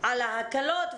על ההקלות,